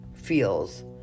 Feels